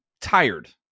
tired